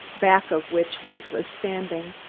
back of which woods was standing.